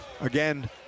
Again